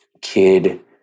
kid